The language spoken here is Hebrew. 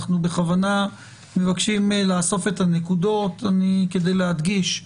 אנחנו מנסים לאסוף את הנקודות כדי להדגיש.